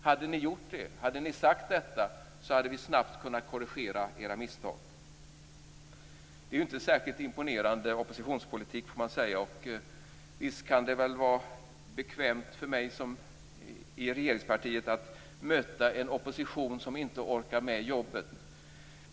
Hade ni gjort det, hade vi snabbt kunnat korrigera era misstag. Det är inte en särskilt imponerande oppositionspolitik, får man säga. Visst kan det vara bekvämt för mig som tillhör regeringspartiet att möta en opposition som inte orkar med jobbet.